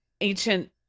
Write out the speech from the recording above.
ancient